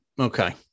Okay